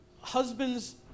husbands